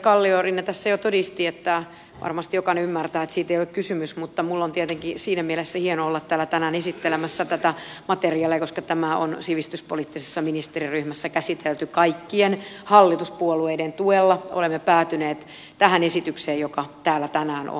kalliorinne tässä jo todisti että varmasti jokainen ymmärtää että siitä ei ole kysymys ja minun on tietenkin siinä mielessä hieno olla täällä tänään esittelemässä tätä materiaalia koska tämä on sivistyspoliittisessa ministeriryhmässä käsitelty kaikkien hallituspuolueiden tuella ja olemme päätyneet tähän esitykseen joka täällä tänään on